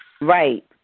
Right